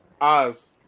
Oz